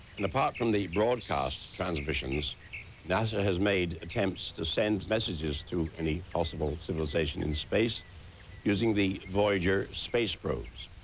and apart from the broadcast transmissions nasa has made attempts to send messages to any possible civilization in space using the voyager space probes.